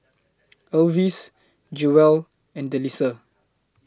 Elvis Jewell and Delisa